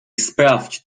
sprawdź